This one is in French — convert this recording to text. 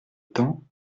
temps